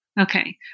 Okay